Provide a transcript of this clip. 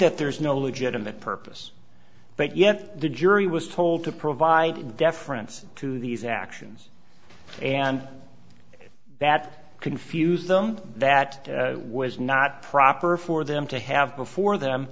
that there is no legitimate purpose but yet the jury was told to provide deference to these actions and that confuse them that was not proper for them to have before them